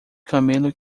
camelo